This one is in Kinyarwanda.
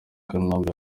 kanombe